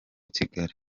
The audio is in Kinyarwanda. kigali